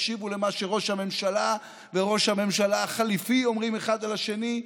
תקשיבו למה שראש הממשלה וראש הממשלה החליפי אומרים אחד על השני.